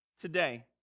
today